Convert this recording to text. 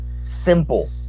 simple